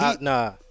Nah